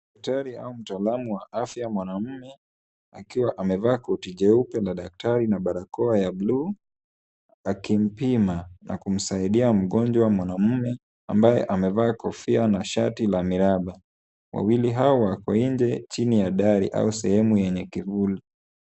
Daktari au mtaalamu wa afya mwanaume akiwa amevaa koti jeupe la daktari na barakoa ya buluu akimpima na kumsaidia mgonjwa mwanaume ambaye amevaa kofia na shati la miraba. Wawili hao wako nje, chini ya dari au sehemu yenye kivuli.